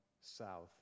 south